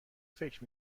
فکر